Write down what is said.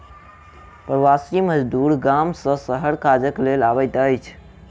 प्रवासी मजदूर गाम सॅ शहर काजक लेल अबैत अछि